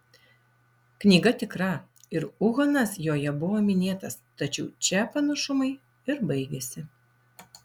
knyga tikra ir uhanas joje buvo minėtas tačiau čia panašumai ir baigiasi